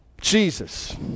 Jesus